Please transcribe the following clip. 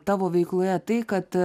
tavo veikloje tai kad